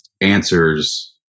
answers